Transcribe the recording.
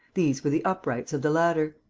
these were the uprights of the ladder.